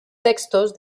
textos